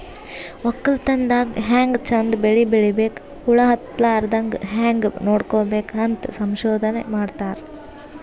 ವಕ್ಕಲತನ್ ದಾಗ್ ಹ್ಯಾಂಗ್ ಚಂದ್ ಬೆಳಿ ಬೆಳಿಬೇಕ್, ಹುಳ ಹತ್ತಲಾರದಂಗ್ ಹ್ಯಾಂಗ್ ನೋಡ್ಕೋಬೇಕ್ ಅಂತ್ ಸಂಶೋಧನೆ ಮಾಡ್ತಾರ್